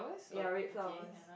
ya red flowers